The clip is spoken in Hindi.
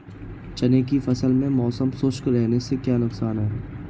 चने की फसल में मौसम शुष्क रहने से क्या नुकसान है?